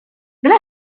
nola